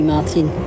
Martin